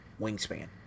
wingspan